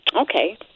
Okay